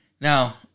Now